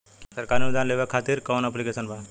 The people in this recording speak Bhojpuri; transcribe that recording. सरकारी अनुदान लेबे खातिर कवन ऐप्लिकेशन बा?